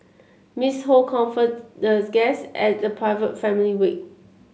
Miss Ho comforted the guests at the private family wake